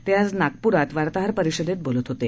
ते आज नागपूरात वार्ताहर परिषदेत बोलत होते